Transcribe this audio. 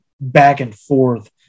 back-and-forth